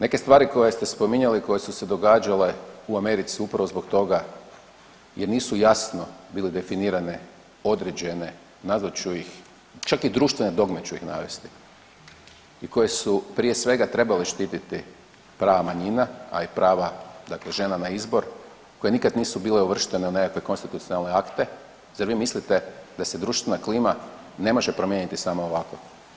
Neke stvari koje ste spominjali i koje su se događale u Americi upravo zbog toga jer nisu jasno bile definirane, određene, nazvat ću ih, čak i društvene dogme ću ih navesti i koje su prije svega trebale štitit prava manjina, a i prava dakle žena na izbor koje nikad nisu bile uvrštene u nekakve konstitucionalne akte, zar vi mislite da se društvena klima ne može promijeniti samo ovako?